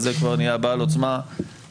אז זה כבר נהיה בעל עוצמה אחרת.